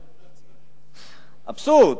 אבסורד.